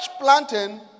planting